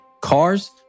cars